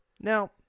Now